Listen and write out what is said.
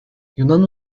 yunan